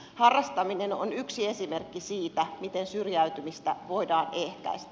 harrastaminen on yksi esimerkki siitä miten syrjäytymistä voidaan ehkäistä